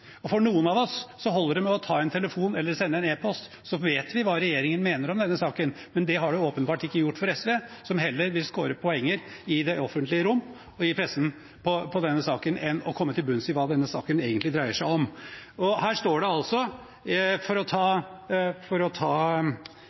beslutningsapparatet. For noen av oss holder det å ta en telefon eller sende en e-post, så vet vi hva regjeringen mener om saken. Men det har det åpenbart ikke gjort for SV, som heller vil score poeng i det offentlige rom og i pressen på denne saken enn å komme til bunns i hva den egentlig dreier seg om. For å ta det som er innholdet i artikkel 26. Her står det: